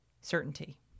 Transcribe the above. certainty